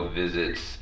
visits